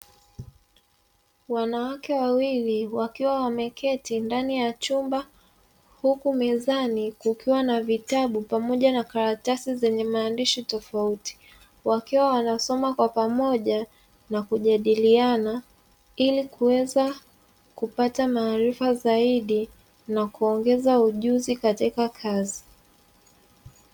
Wanawake wawili wakiwa wameketi ndani ya chumba huku mezani kukiwa na vitabu pamoja na karatasi zenye maandishi tofauti, wakiwa wanasoma kwa pamoja na kujadiliana ili kuweza kupata maarifa zaidi na kuongeza ujuzi katika kazi.